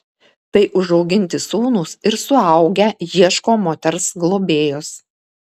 tai užauginti sūnūs ir suaugę ieško moters globėjos